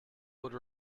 would